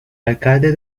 alcalde